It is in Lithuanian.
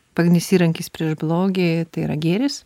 pagrindinis įrankis prieš blogį tai yra gėris